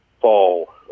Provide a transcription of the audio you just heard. fall